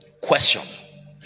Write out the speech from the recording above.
Question